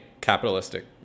capitalistic